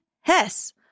Hess